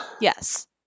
Yes